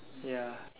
ya